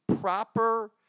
proper